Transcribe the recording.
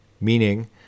meaning